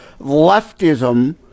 leftism